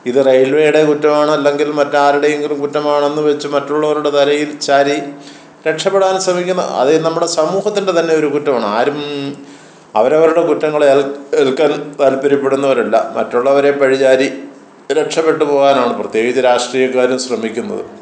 ഇത് റെയിൽവേടെ കുറ്റമാണ് അല്ലങ്കിൽ മറ്റാരുടെയെങ്കിലും കുറ്റമാണെന്ന് വെച്ച് മറ്റുള്ളവരുടെ തലയിൽ ചാരി രക്ഷപ്പെടാൻ ശ്രമിക്കുന്ന ആദ്യം നമ്മുടെ സമൂഹത്തിൻ്റെ തന്നെ ഒരു കുറ്റമാണ് ആരും അവരവരുടെ കുറ്റങ്ങളെ ഏൽക്കാൻ താൽപ്പര്യപ്പെടുന്നവരല്ല മറ്റുള്ളവരെ പഴിചാരി രക്ഷപെട്ട് പോകാനാണ് പ്രത്യേകിച്ച് രാഷ്ട്രീയക്കാർ ശ്രമിക്കുന്നത്